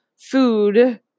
food